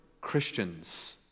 Christians